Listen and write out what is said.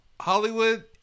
Hollywood